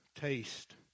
taste